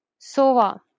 Sova